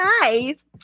nice